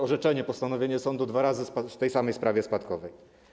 Orzeczenie, postanowienie sądu dwa razy w tej samej sprawie spadkowej.